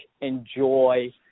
enjoy